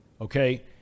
Okay